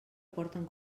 porten